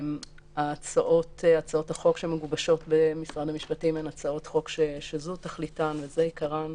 הצעות החוק שמגובשות במשרד המשפטים הן הצעות חוק שזו תכליתן וזה עיקרן.